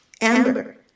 Amber